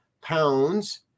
pounds